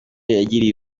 yagiriye